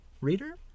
reader